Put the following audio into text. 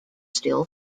still